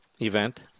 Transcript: event